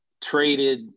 traded